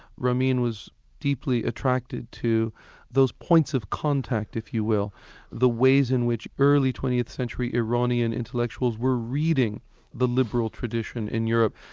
ramin was deeply attracted to those points of contact, if you will the ways in which early twentieth century iranian intellectuals were reading the liberal tradition in europe,